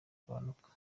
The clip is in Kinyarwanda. kugabanuka